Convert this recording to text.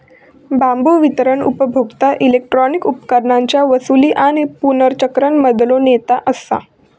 बांबू वितरण उपभोक्ता इलेक्ट्रॉनिक उपकरणांच्या वसूली आणि पुनर्चक्रण मधलो नेता असा